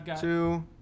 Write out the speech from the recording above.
two